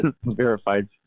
verified